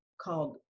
called